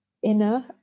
inner